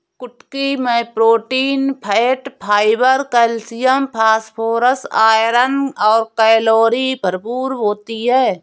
कुटकी मैं protein, fat, fibre, calcium, phosphorus, iron और कैलोरी भरपूर होती है